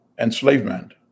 enslavement